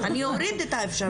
אני אוריד את האפשרות של ההארכה.